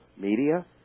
media